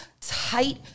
tight